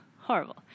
Horrible